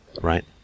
right